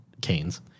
Canes